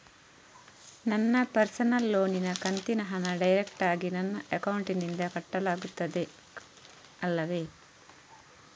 ನನ್ನ ಪರ್ಸನಲ್ ಲೋನಿನ ಕಂತಿನ ಹಣ ಡೈರೆಕ್ಟಾಗಿ ನನ್ನ ಅಕೌಂಟಿನಿಂದ ಕಟ್ಟಾಗುತ್ತದೆ ಅಲ್ಲವೆ?